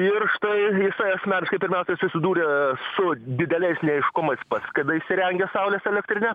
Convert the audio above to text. ir štai jisai asmeniškai pirmiausia susidūrė su dideliais neaiškumais pats kada įsirengė saulės elektrinę